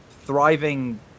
thriving